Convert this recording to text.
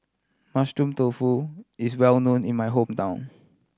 Mushroom Tofu is well known in my hometown